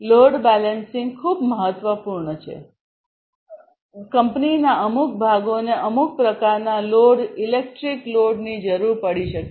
load balancing ખૂબ મહત્વનું છે કંપનીના અમુક ભાગોને અમુક પ્રકારના લોડ ઇલેક્ટ્રિક લોડની જરૂર પડી શકે છે